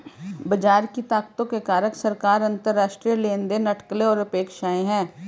बाजार की ताकतों के कारक सरकार, अंतरराष्ट्रीय लेनदेन, अटकलें और अपेक्षाएं हैं